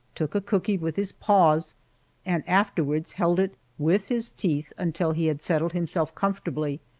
took a cookie with his paws and afterwards held it with his teeth until he had settled himself comfortably,